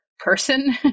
Person